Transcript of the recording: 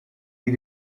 die